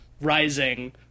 rising